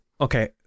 okay